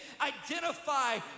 identify